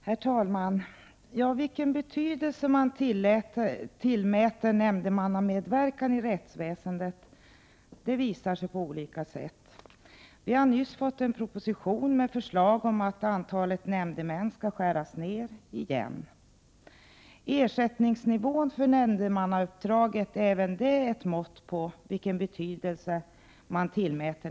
Herr talman! Vilken betydelse man tillmäter nämndemannamedverkan i rättsväsendet visar sig på olika sätt. Vi har nyss fått en proposition med förslag om att antalet nämndemän skall skäras ned igen. Ersättningsnivån för nämndemannauppdrag är även den ett mått på vilken betydelse man Prot.